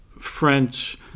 French